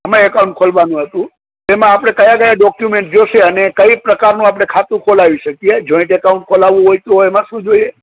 એમાં અકાઉંટ ખોલવાનું હતું એમાં આપણે કયા કયા ડોકયુમેંટ જોઈશે અને કઈ પ્રકારનું આપણે ખાતું ખોલાવી શકીએ જોઇન્ટ અકાઉંટ ખોલાવવું હોય તો એમાં શું જોઈએ